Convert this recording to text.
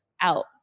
out